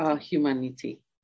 humanity